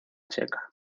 checa